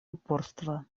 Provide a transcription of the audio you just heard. упорства